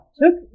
took